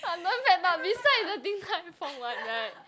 London Fat Duck beside the Din-Tai-Fung like that